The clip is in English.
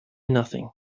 nothing